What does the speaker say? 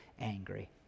angry